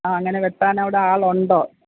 ആ അങ്ങനെ വെട്ടാനവിടെ ആളുണ്ടോ